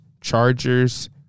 Chargers